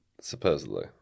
supposedly